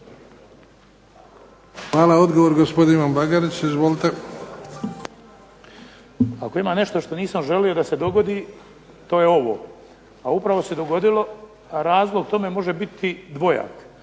Hvala. Odgovor, gospodin Ivan Bagarić. Izvolite. **Bagarić, Ivan (HDZ)** Ako ima nešto što nisam želio da se dogodi, to je ovo, a upravo se dogodilo, a razlog tome može biti dvojak.